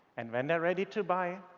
and when they're ready to buy,